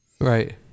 right